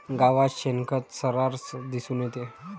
गावात शेणखत सर्रास दिसून येते